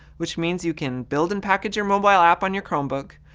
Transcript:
which means you can build and package your mobile app on your chromebook,